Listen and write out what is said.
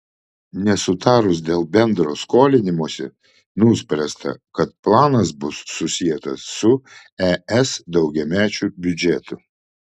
nesutarus dėl bendro skolinimosi nuspręsta kad planas bus susietas su es daugiamečiu biudžetu